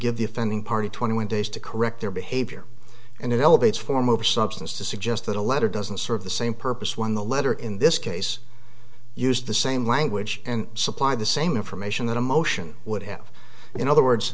offending party twenty one days to correct their behavior and it elevates form over substance to suggest that a letter doesn't serve the same purpose when the letter in this case used the same language and supply the same information that a motion would have in other words